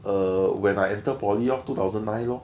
err when I entered poly lor two thousand nine lor